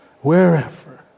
Wherever